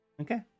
Okay